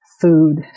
food